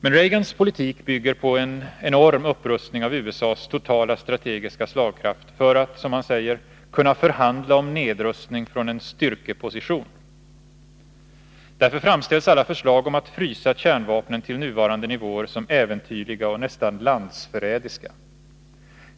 Men Reagans politik bygger på en enorm upprustning av USA:s totala strategiska slagkraft för att, som han säger, ”kunna förhandla om nedrustning från en styrkeposition”. Därför framställs alla förslag om att frysa kärnvapnen till nuvarande nivåer som äventyrliga och nästan landsförrädiska.